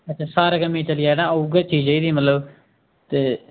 सारे कम्मै चली जा ना उ'ऐ चीज चाहिदी मतलब ते